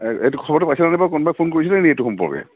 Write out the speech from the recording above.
এইটো খবৰটো ফোন কৰিছিলেনি এইটো সম্পৰ্কে